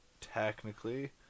technically